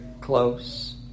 close